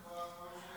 ההצעה להעביר